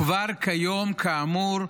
כבר כיום, כאמור,